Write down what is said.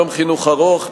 יום חינוך ארוך,